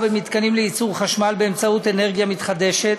במתקנים לייצור חשמל באמצעות אנרגיה מתחדשת.